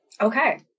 Okay